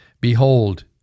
Behold